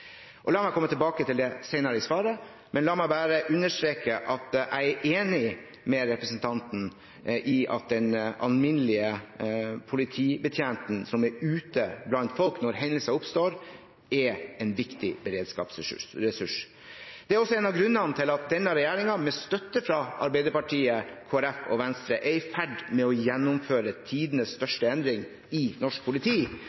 årene. La meg komme tilbake til det senere i svaret, men la meg bare understreke at jeg er enig med representanten i at den alminnelige politibetjenten som er ute blant folk når hendelser oppstår, er en viktig beredskapsressurs. Det er også en av grunnene til at denne regjeringen, med støtte fra Arbeiderpartiet, Kristelig Folkeparti og Venstre, er i ferd med å gjennomføre tidenes største endring i norsk politi,